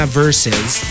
verses